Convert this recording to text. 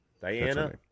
Diana